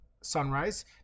sunrise